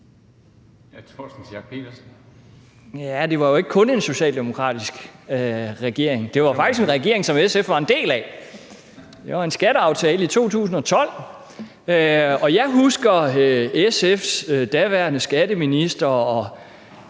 Ja, det var jo ikke kun en socialdemokratisk regering. Det var faktisk en regering, som SF var en del af – det var en skatteaftale i 2012. Og jeg husker jo SF's daværende skatteminister og